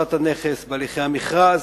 הנכס, בהליכי המכרז.